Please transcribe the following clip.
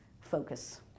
focus